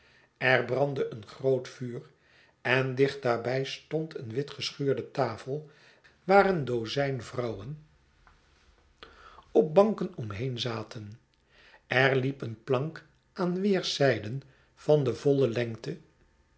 er brandde een groot vuur en dicht daarbij stond een witgeschuurde tafel waar een dozijn vrouwen op banken omheen zaten er liep een plank aan weerszijden van de voile lengte